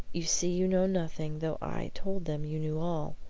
you see you know nothing, though i told them you knew all.